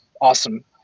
awesome